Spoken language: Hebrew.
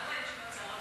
למה אין תשובת שר?